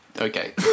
Okay